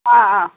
ஆ ஆ